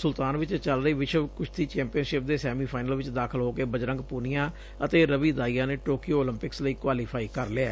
Kazakhstan ਦੇ Nur Sultan ਵਿਚ ਚਲ ਰਹੀ ਵਿਸ਼ਵ ਕੁਸ਼ਤੀ ਚੈਂਪੀਅਨਸ਼ਿਪ ਦੇ ਸੈਮੀਫਾਈਨਲ ਚ ਦਾਖਲ ਹੋ ਕੇ ਬਜਰੰਗ ਪੁਨੀਆ ਅਤੇ ਰਵੀ ਦਾਹੀਆ ਨੇ ਟੋਕੀਓ ਉਲੰਪਿਕਸ ਲਈ ਕੁਆਲੀਫਾਈ ਕਰ ਲਿਐ